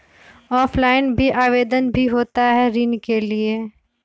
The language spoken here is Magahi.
ऑफलाइन भी आवेदन भी होता है ऋण के लिए?